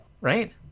Right